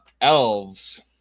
elves